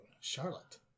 Charlotte